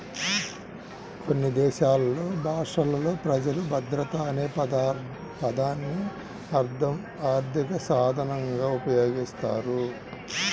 కొన్ని దేశాలు భాషలలో ప్రజలు భద్రత అనే పదాన్ని ఆర్థిక సాధనంగా ఉపయోగిస్తారు